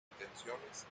intenciones